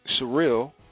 Surreal